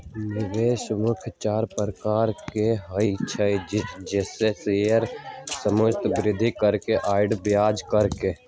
निवेश मुख्य चार प्रकार के होइ छइ जइसे शेयर, संपत्ति, वृद्धि कारक आऽ ब्याज कारक